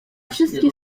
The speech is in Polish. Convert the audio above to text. wszystkie